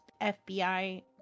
FBI